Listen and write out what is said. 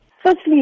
Firstly